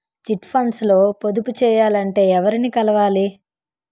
Chit funds లో పొదుపు చేయాలంటే ఎవరిని కలవాలి?